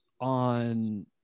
on